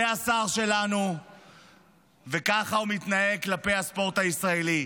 זה השר שלנו וככה הוא מתנהג כלפי הספורט הישראלי.